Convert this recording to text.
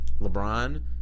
LeBron